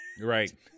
Right